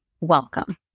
Welcome